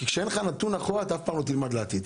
כשאין לך נתון אחורה אתה אף פעם לא תלמד לעתיד.